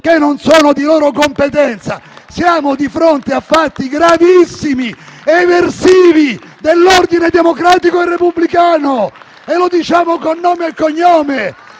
che non sono di loro competenza? Siamo di fronte a fatti gravissimi, eversivi dell'ordine democratico e repubblicano, e lo diciamo con nome e cognome!